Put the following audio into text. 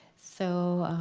so